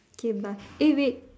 okay but eh wait